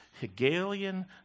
Hegelian